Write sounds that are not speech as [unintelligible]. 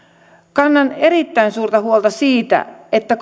kannan erittäin suurta huolta siitä että [unintelligible]